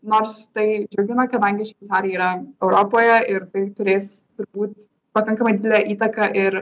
nors tai džiugina kadangi šveicarai yra europoje ir tai turės turbūt pakankamai didelę įtaką ir